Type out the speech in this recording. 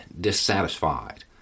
dissatisfied